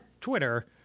Twitter